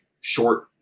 short